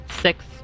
Six